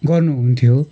गर्नु हुन्थ्यो